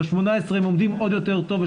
ב-18 הם עומדים עוד יותר טוב,